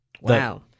Wow